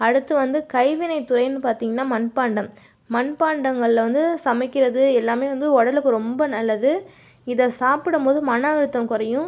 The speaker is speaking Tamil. அடுத்து வந்து கைவினைத் துறைனு பார்த்திங்கன்னா மண்பாண்டம் மண்பாண்டங்களில் வந்து சமைக்கிறது எல்லாமே வந்து உடலுக்கு ரொம்ப நல்லது இதை சாப்பிடும் போது மன அழுத்தம் குறையும்